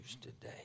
today